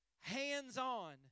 hands-on